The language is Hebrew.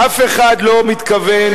אף אחד לא מתכוון,